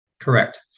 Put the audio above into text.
Correct